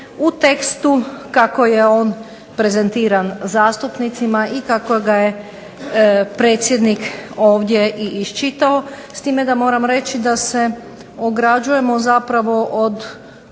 u tekstu kako je on prezentiran zastupnicima i kako ga je predsjednik ovdje i iščitao, s time da moram reći da se ograđujemo zapravo od